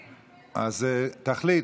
תחליט.